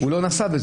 הוא לא נסע ברכב,